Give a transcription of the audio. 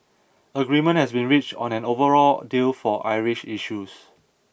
agreement has been reached on an overall deal for Irish issues